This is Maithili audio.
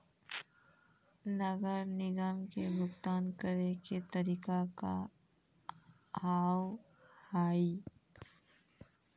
नगर निगम के भुगतान करे के तरीका का हाव हाई?